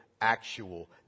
actual